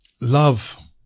Love